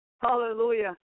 hallelujah